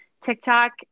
TikTok